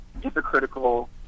hypocritical